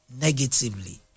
negatively